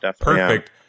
perfect